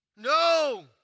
No